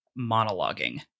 monologuing